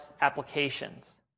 applications